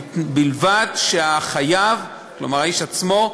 בלבד שהחייב, כלומר האיש עצמו,